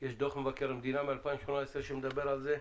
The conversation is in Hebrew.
יש דו"ח מבקר המדינה מ-2018 שמדבר על זה.